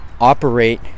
operate